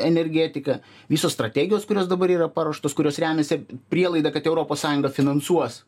energetika visos strategijos kurios dabar yra paruoštos kurios remiasi prielaida kad europos sąjunga finansuos